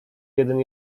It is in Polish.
jeden